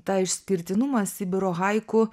tą išskirtinumą sibiro haiku